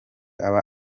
aba